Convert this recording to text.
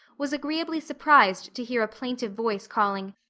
was agreeably surprised to hear a plaintive voice calling,